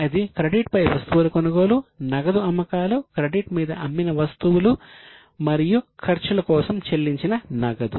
అది క్రెడిట్ పై వస్తువుల కొనుగోలు నగదు అమ్మకాలు క్రెడిట్ మీద అమ్మిన వస్తువులు మరియు ఖర్చుల కోసం చెల్లించిన నగదు